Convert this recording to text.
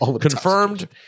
confirmed